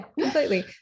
completely